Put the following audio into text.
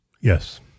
Yes